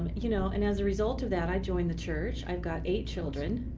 you know and as a result of that, i joined the church. i've got eight children.